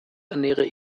ernähre